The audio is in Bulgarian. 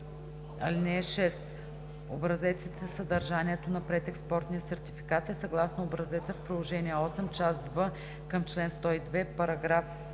(6) Образецът и съдържанието на предекспортния сертификат е съгласно образеца в Приложение VIII, част В към чл. 102, параграф 6